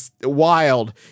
wild